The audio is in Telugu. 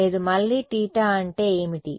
లేదు మళ్ళీ θ అంటే ఏమిటి